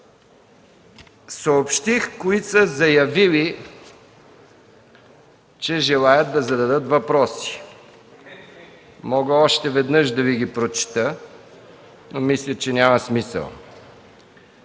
Съобщих кои са заявили, че желаят да зададат въпроси. Мога още веднъж да Ви ги прочета, но мисля, че няма смисъл.